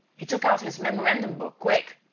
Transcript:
he took out his memorandum-book, quick!